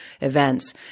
events